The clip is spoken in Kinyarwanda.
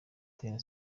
ten